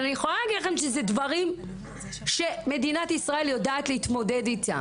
אבל אני יכולה להגיד לכם שזה דברים שמדינת ישראל יודעת להתמודד איתם.